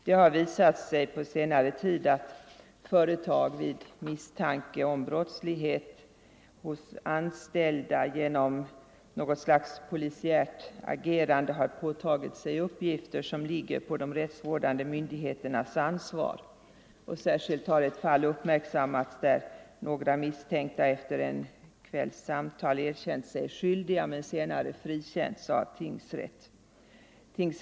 Det har på senare tid visat sig att företag, vid misstanke om brottslighet hos anställda, genom något slags polisiärt agerande har påtagit sig uppgifter som ligger under de rättsvårdande myndigheternas ansvar. Särskilt har ett fall uppmärksammats där några misstänkta efter en kvälls samtal erkänt sig skyldiga men senare frikänts av tingsrätten.